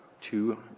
two